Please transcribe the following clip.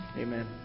Amen